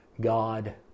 God